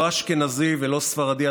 לא אשכנזי ולא ספרדי,